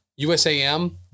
USAM